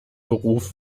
beruf